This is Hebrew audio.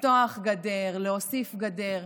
לפתוח גדר, להוסיף גדר.